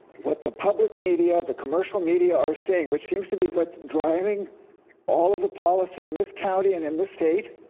what the public media, the commercial media are saying, which seems to be what's driving all of the policy in this county and in this state.